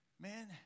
man